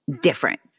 different